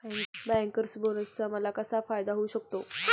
Bankers बोनसचा मला कसा फायदा होऊ शकतो?